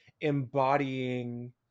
embodying